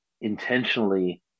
intentionally